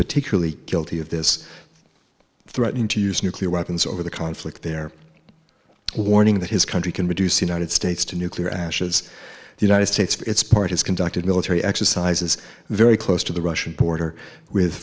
particularly guilty of this threatening to use nuclear weapons over the conflict there warning that his country can reduce united states to nuclear ashes the united states for its part has conducted military exercises very close to the russian border with